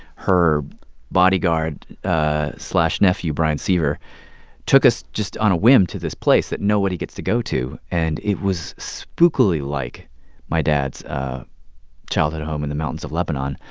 her bodyguard ah nephew bryan seaver took us, just on a whim, to this place that nobody gets to go to, and it was spookily like my dad's childhood home in the mountains of lebanon.